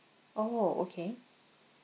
orh okay